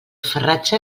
farratge